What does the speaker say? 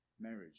Marriage